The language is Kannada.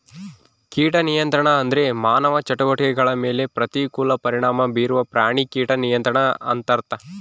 ಕೀಟ ನಿಯಂತ್ರಣ ಅಂದ್ರೆ ಮಾನವ ಚಟುವಟಿಕೆಗಳ ಮೇಲೆ ಪ್ರತಿಕೂಲ ಪರಿಣಾಮ ಬೀರುವ ಪ್ರಾಣಿ ಕೀಟ ನಿಯಂತ್ರಣ ಅಂತರ್ಥ